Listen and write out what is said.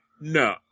no